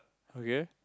okay